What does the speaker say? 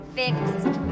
fixed